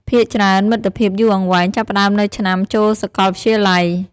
ភាគច្រើន មិត្តភាពយូរអង្វែង ចាប់ផ្តើមនៅឆ្នាំចូលសាកលវិទ្យាល័យ។